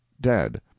dead